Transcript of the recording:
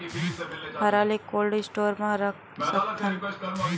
हरा ल cold store म रख सकथन?